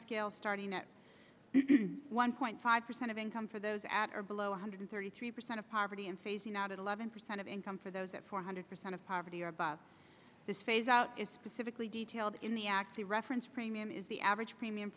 scale starting at one point five percent of income for those at or below one hundred thirty three percent of poverty and phasing out at eleven percent of income for those at four hundred percent of poverty or above this phase out is specifically detailed in the act the reference premium is the average premium